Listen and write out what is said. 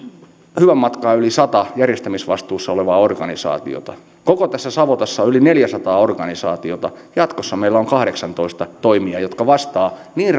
hyvän matkaa yli sadassa järjestämisvastuussa olevaa organisaatiota koko tässä savotassa on yli neljäsataa organisaatiota jatkossa meillä on kahdeksantoista toimijaa jotka vastaavat niin